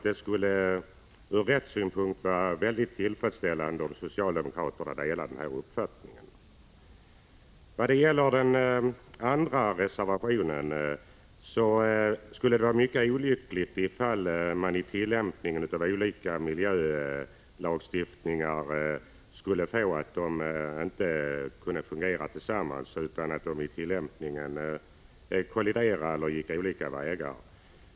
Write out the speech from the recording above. Det skulle vara mycket tillfredsställande från rättssynpunkt om socialdemokraterna delade denna uppfattning. När det gäller den andra reservationen vill jag framhålla att det skulle vara olyckligt om olika miljölagstiftningar inte kunde fungera tillsammans utan vid tillämpningen kolliderade eller anvisade olika vägar.